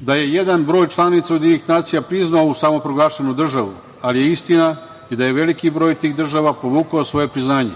da je jedan broj članica Ujedinjenih nacija priznao samoproglašenu državu, ali je istina i da je veliki broj tih država povukla svoje priznanje,